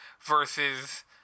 versus